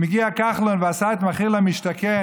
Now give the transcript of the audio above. אם הגיע כחלון ועשה את מחיר למשתכן,